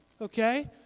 okay